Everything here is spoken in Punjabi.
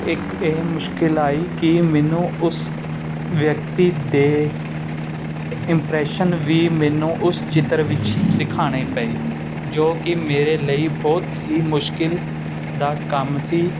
ਇੱਕ ਇਹ ਮੁਸ਼ਕਿਲ ਆਈ ਕਿ ਮੈਨੂੰ ਉਸ ਵਿਅਕਤੀ ਦੇ ਇਮਪਰੈਸ਼ਨ ਵੀ ਮੈਨੂੰ ਉਸ ਚਿੱਤਰ ਵਿੱਚ ਦਿਖਾਉਣੇ ਪਏ ਜੋ ਕਿ ਮੇਰੇ ਲਈ ਬਹੁਤ ਹੀ ਮੁਸ਼ਕਿਲ ਦਾ ਕੰਮ ਸੀ